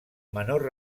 menor